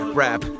rap